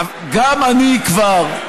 גם אני כבר,